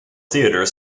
theatre